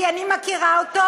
כי אני מכירה אותו,